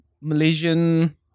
Malaysian